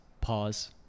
pause